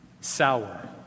sour